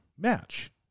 match